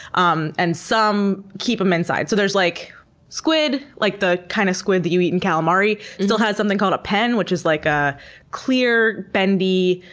um and some keep them inside. so there's like squid, like the kind of squid you eat in calamari, still has something called a pen, which is like a clear, bendy